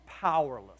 powerless